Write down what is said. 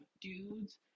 dudes